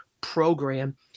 program –